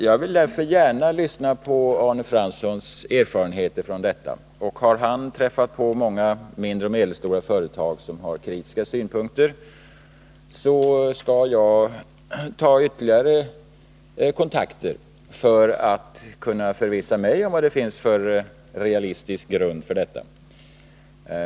Jag vill därför gärna lyssna på Arne Franssons erfarenheter från detta område, och har han träffat på mindre och medelstora företag som har kritiska synpunkter, skall jag ta ytterligare kontakter för att förvissa mig om vad det finns för realistisk grund för kritiken.